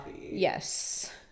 yes